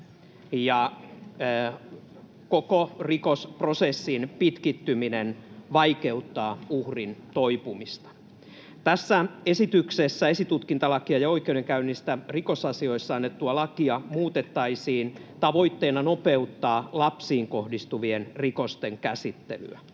koko rikosprosessin pitkittyminen vaikeuttaa uhrin toipumista. Tässä esityksessä esitutkintalakia ja oikeudenkäynnistä rikosasioissa annettua lakia muutettaisiin, tavoitteena nopeuttaa lapsiin kohdistuvien rikosten käsittelyä.